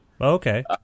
Okay